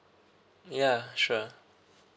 ya sure